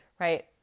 right